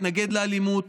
התנגד לאלימות,